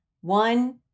one